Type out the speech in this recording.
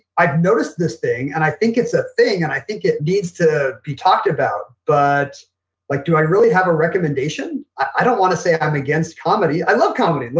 i've noticed this thing and i think it's a thing and i think it needs to be talked about. but like do i really have a recommendation? i don't want to say i'm against comedy. i love comedy.